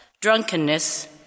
drunkenness